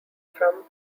from